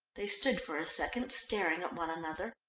they stood for a second staring at one another,